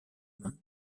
main